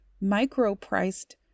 micro-priced